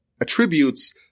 attributes